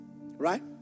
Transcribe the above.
Right